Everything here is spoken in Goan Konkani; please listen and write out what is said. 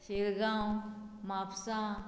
शिरगांव म्हापसा